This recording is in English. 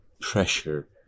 pressure